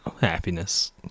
happiness